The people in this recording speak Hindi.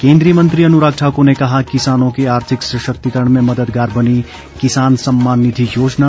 केन्द्रीय मंत्री अनुराग ठाकुर ने कहा किसानों के आर्थिक सशक्तिकरण में मददगार बनी किसान सम्मान निधि योजना